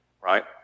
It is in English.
Right